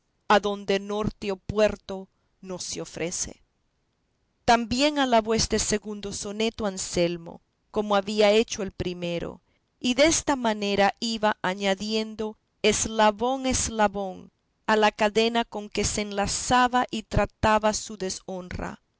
vía adonde norte o puerto no se ofrece también alabó este segundo soneto anselmo como había hecho el primero y desta manera iba añadiendo eslabón a eslabón a la cadena con que se enlazaba y trababa su deshonra